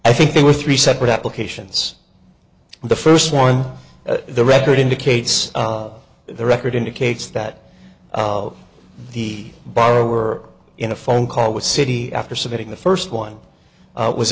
i think there were three separate applications in the first one the record indicates the record indicates that the borrower in a phone call with citi after submitting the first one was